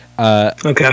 Okay